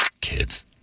kids